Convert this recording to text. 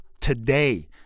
today